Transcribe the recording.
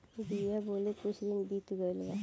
बिया बोवले कुछ दिन बीत गइल बा